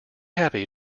happy